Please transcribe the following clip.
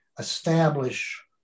establish